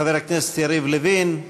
הכנסת חבר הכנסת יריב לוין.